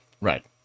Right